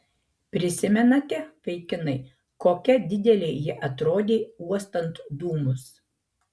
prisimenate vaikinai kokia didelė ji atrodė uostant dūmus